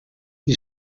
die